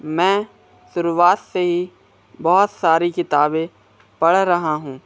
मैं शुरुवात से ही बहुत सारी किताबें पढ़ रहा हूँ